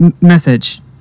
Message